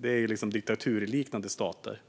Så är det i diktaturliknande stater.